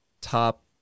top